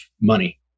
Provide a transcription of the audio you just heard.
money